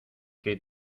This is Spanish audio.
que